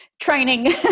training